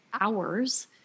hours